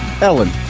Ellen